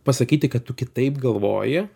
pasakyti kad tu kitaip galvoji